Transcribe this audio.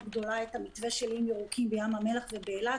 גדולה את המתווה של איים ירוקים בים המלח ובאילת,